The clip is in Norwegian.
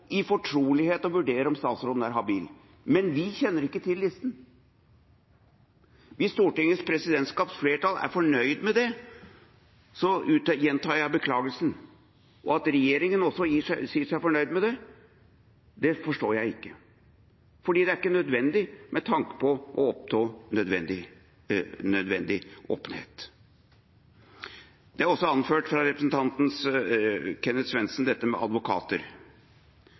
i fortrolighet skal være med på å vurdere om statsråden er habil. Men vi kjenner ikke til listen. Hvis Stortingets presidentskaps flertall er fornøyd med det, gjentar jeg beklagelsen, og at regjeringa også sier seg fornøyd med det, forstår jeg ikke, for det er ikke nødvendig med tanke på å oppnå nødvendig åpenhet. Det er også anført av representanten Kenneth Svendsen, dette med advokater.